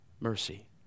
mercy